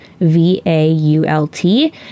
v-a-u-l-t